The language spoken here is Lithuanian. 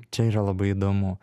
čia yra labai įdomu